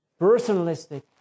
personalistic